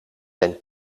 zijn